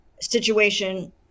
situation